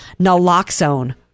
naloxone